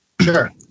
Sure